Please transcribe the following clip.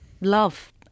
love